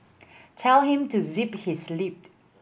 tell him to zip his lip